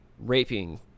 raping